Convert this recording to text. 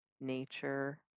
nature